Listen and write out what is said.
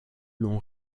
long